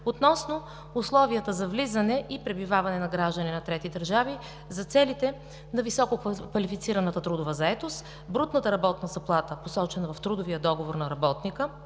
относно условията за влизане и пребиваване на граждани на трети държави – за целите на високо квалифицираната трудова заетост брутната работна заплата, посочена в трудовия договор на работника,